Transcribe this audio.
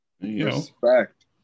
Respect